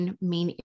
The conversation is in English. main